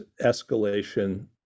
escalation